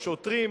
השוטרים,